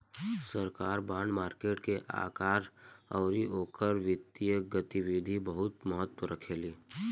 सरकार bond market के आकार अउरी ओकर वित्तीय गतिविधि बहुत महत्व रखेली